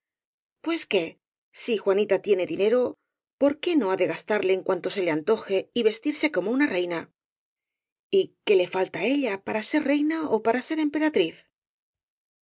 pues qué si juani ta tiene dinero por qué no ha de gastarle en cuan to se le antoje y vestirse como una reina y qué le falta á ella para ser reina ó para ser emperatriz